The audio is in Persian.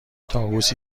طاووسی